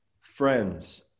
friends